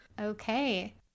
Okay